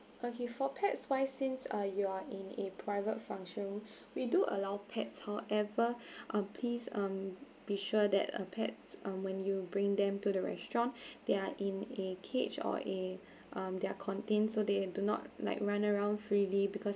okay for pets wise since uh you are in a private function we do allow pets however uh please um be sure that uh pets um when you bring them to the restaurant they are in a cage or a um their contain so they do not like run around freely because